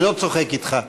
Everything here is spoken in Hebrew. אני לא צוחק אתך.